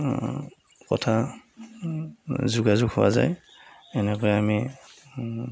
কথা যোগাযোগ হোৱা যায় এনেকৈ আমি